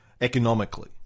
economically